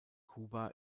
kuba